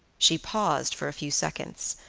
she paused for a few seconds,